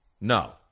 No